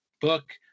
book